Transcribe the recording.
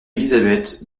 elisabeth